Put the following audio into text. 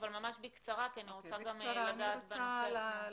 ממש בקצרה כי אני רוצה לגעת בנושא -- בקצרה - אני